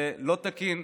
זה לא תקין.